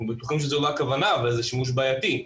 אנחנו בטוחים שלא זאת הכוונה אבל זה שימוש בעייתי.